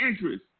interest